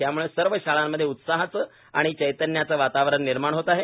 त्यामुळे सर्व शाळांमध्ये उत्साहाचे आणि चैतन्याचे वातावरण निर्माण होत आहे